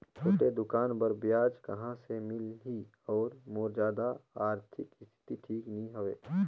छोटे दुकान बर ब्याज कहा से मिल ही और मोर जादा आरथिक स्थिति ठीक नी हवे?